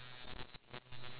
ya